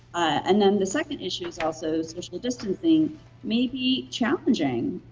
and then the second issue is also social distancing may be challenging,